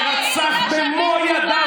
שרצח במו ידיו,